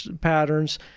patterns